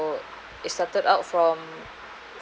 it started out from